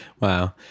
wow